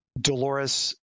Dolores